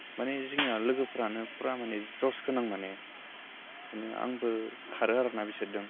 माने जोंनिया लोगोफ्रानो फुरा माने जसगोनां माने बेखायनो आंबो खारो आरो ना बिसोरजों